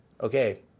Okay